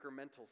incremental